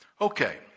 Okay